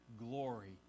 glory